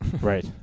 Right